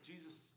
Jesus